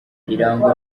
irangwa